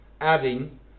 adding